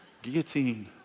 guillotine